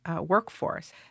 workforce